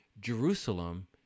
Jerusalem